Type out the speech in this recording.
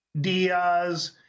Diaz